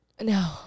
No